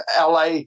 LA